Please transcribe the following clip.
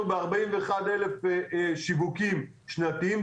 אנחנו ב-41,000 שיווקים שנתיים,